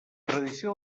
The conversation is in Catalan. tradició